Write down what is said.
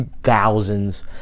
thousands